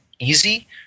Easy